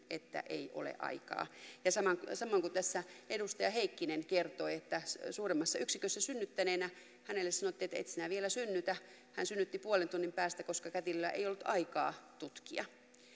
että ei ole aikaa ja samoin kuin tässä edustaja heikkinen kertoi suuremmassa yksikössä synnyttäneenä hänelle sanottiin että et sinä vielä synnytä hän synnytti puolen tunnin päästä koska kätilöllä ei ollut aikaa tutkia